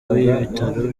w’ibitaro